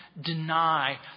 deny